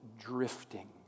drifting